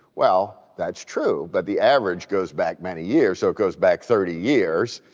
well, that's true, but the average goes back many years. so it goes back thirty years,